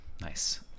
nice